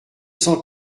cent